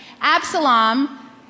Absalom